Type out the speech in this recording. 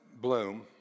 bloom